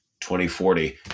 2040